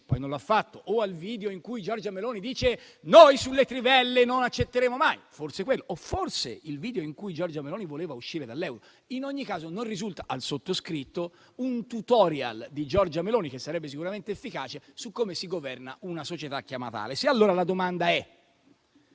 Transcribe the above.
(poi non lo ha fatto) o al video in cui Giorgia Meloni dice "noi sulle trivelle non accetteremo mai (…)!" (forse quello) o forse al video in cui Giorgia Meloni diceva di voler uscire dall'euro. In ogni caso, non risulta al sottoscritto un *tutorial* di Giorgia Meloni, che sarebbe sicuramente efficace, su come si governa una società chiamata Ales. Allora la domanda è: